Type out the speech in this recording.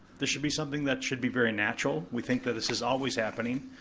this should be something that should be very natural. we think that this is always happening